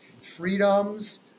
freedoms